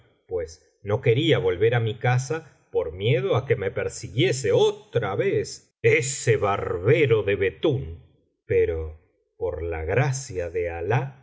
pues no quería volver á mi casa por miedo á que me persiguiese otra vez ese barbero de betún pero por la gracia de alah